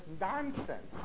nonsense